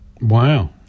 wow